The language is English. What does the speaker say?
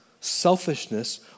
selfishness